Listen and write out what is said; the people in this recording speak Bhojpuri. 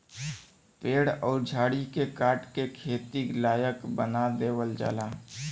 पेड़ अउर झाड़ी के काट के खेती लायक बना देवल जाला